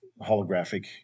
holographic